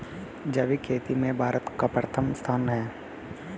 जैविक खेती में भारत का प्रथम स्थान है